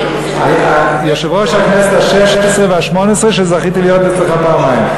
יושב-ראש הכנסת השש-עשרה והשמונה-עשרה שזכיתי להיות אצלו פעמיים.